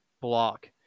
block